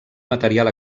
material